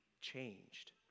changed